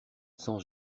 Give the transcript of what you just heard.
sans